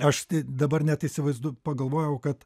aš dabar net įsivaizduo pagalvojau kad